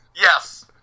Yes